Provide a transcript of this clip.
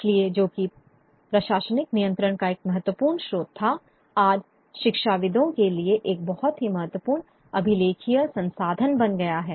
इसलिए जो कि प्रशासनिक नियंत्रण का एक महत्वपूर्ण स्रोत था आज शिक्षाविदों के लिए एक बहुत ही महत्वपूर्ण अभिलेखीय संसाधन बन गया है